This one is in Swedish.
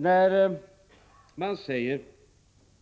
När man säger